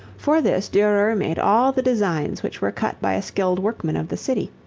for this durer made all the designs which were cut by a skilled workman of the city,